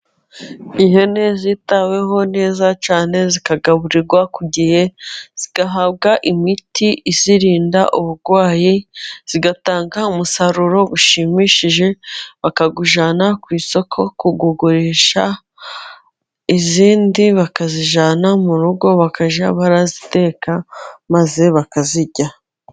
Ihene zitaweho neza cyane zikagaburirwa ku gihe, zigahabwa imiti izirinda uburwayi, zigatanga umusaruro ushimishije bakawujyana ku isoko kuwugurisha, izindi bakazijyana mu rugo bakajya baziteka maze bakazirya.